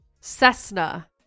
Cessna